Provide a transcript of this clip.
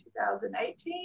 2018